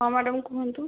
ହଁ ମ୍ୟାଡ଼ାମ କୁହନ୍ତୁ